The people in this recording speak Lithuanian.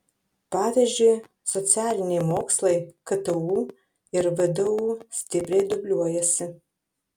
pavyzdžiui socialiniai mokslai ktu ir vdu stipriai dubliuojasi